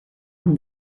and